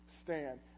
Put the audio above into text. stand